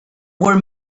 were